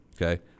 Okay